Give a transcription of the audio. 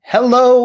Hello